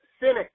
cynic